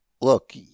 Look